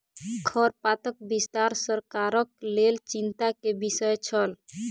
खरपातक विस्तार सरकारक लेल चिंता के विषय छल